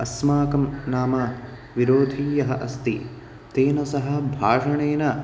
अस्माकं नाम विरोधी यः अस्ति तेन सह भाषणेन